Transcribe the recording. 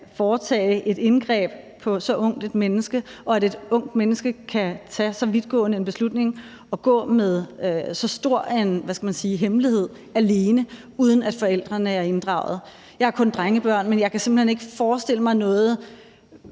kan foretage et indgreb på så ungt et menneske, og at et ungt menneske kan tage så vidtgående en beslutning og gå med så stor en hemmelighed alene, uden at forældrene er inddraget. Jeg har kun drengebørn, men jeg kan simpelt ikke forestille mig noget